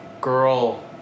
girl